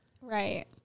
Right